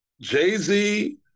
Jay-Z